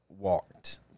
walked